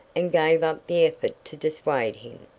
and gave up the effort to dissuade him.